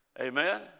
Amen